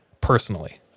personally